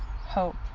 hope